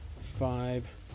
five